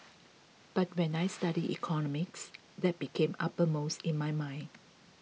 but when I studied economics that became uppermost in my mind